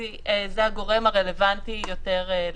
כי זה הגורם הרלוונטי יותר.